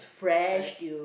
fresh